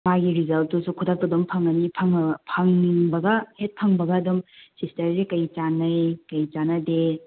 ꯃꯥꯒꯤ ꯔꯤꯖꯜꯇꯨꯁꯨ ꯈꯨꯗꯛꯇ ꯑꯗꯨꯝ ꯐꯪꯂꯅꯤ ꯐꯪꯕꯒ ꯍꯦꯛ ꯐꯪꯕꯒ ꯑꯗꯨꯝ ꯁꯤꯁꯇꯔꯁꯦ ꯀꯔꯤ ꯆꯥꯟꯅꯩ ꯀꯔꯤ ꯆꯥꯟꯅꯗꯦ